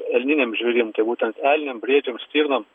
elniniam žvėrim tai būtent elniam briedžiam stirnom